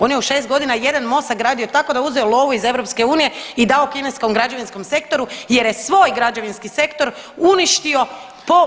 On je u 6.g. jedan most sagradio tako da je uzeo lovu iz EU i dao kineskom građevinskom sektoru jer je svoj građevinski sektor uništio po modelu